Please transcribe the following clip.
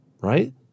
right